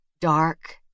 dark